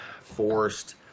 forced